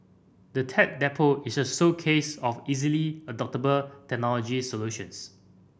the Tech Depot is a showcase of easily adoptable technology solutions